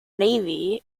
navy